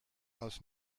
aus